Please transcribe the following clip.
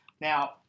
Now